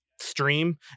stream